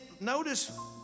notice